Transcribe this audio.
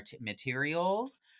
materials